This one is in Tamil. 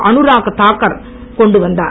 அனுராக் தாக்கர் கொண்டுவந்துள்ளார்